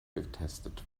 getestet